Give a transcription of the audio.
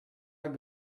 not